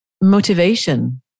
motivation